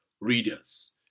readers